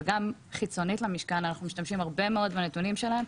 וגם חיצונית למשכן אנחנו משתמשים הרבה מאוד בנתונים שלהם,